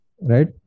Right